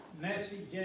message